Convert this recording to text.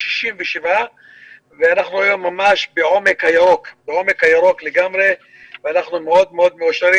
267 והיום אנחנו לגמרי בעומק הירוק ואנחנו מאושרים.